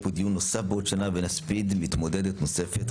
פה דיון נוסף בעוד שנה ונספיד מתמודדת נוספת,